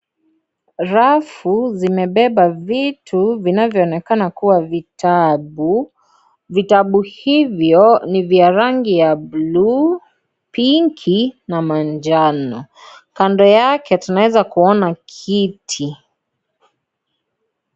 Rafu zimebeba vitu vinavyoonekana kuwa vitabu. Vitabu hivyo ni vya rangi ya bluu, pinki na manjano. Kando yake tunaweza kuona kiti.